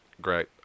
great